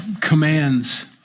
commands